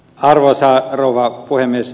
arvoisa rouva puhemies